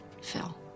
Phil